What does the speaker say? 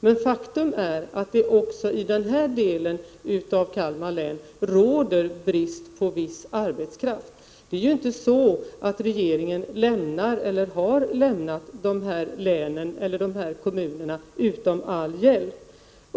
Men faktum är att det också i den här delen av Kalmar län råder brist på viss arbetskraft. Regeringen lämnar ju inte eller har inte lämnat de här kommunerna utom all hjälp.